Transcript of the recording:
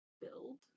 Build